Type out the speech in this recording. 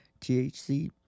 THC